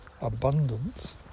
abundance